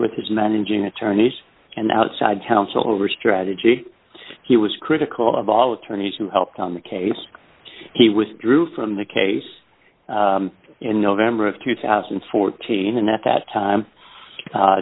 his managing attorneys and outside counsel over strategy he was critical of all attorneys who helped on the case he was drew from the case in november of two thousand and fourteen and at that time